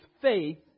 faith